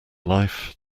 life